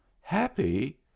Happy